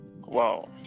Wow